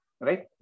right